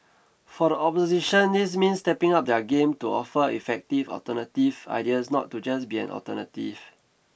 for the opposition this means stepping up their game to offer effective alternative ideas not to just be an alternative